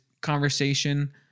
conversation